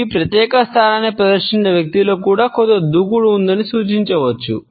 ఈ ప్రత్యేక స్థానాన్ని ప్రదర్శిస్తున్న వ్యక్తిలో కూడా కొంత దూకుడు ఉందని సూచించవచ్చు